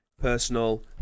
personal